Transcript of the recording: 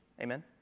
Amen